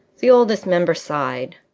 the oldest member sighed.